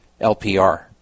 LPR